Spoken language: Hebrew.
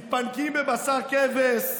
מתפנקים בבשר כבש,